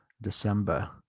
december